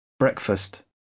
Breakfast